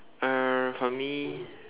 err for me